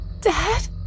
Dad